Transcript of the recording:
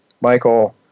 Michael